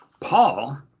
Paul